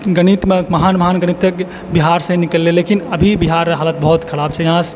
गणितमे महान महान गणितज्ञ बिहार सऽ निकललै लेकिन अभी बिहारक हालत बहुत खराब छै यहाँ